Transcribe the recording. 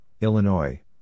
Illinois